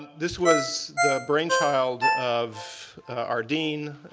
this was the brainchild of our dean,